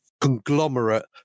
conglomerate